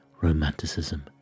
romanticism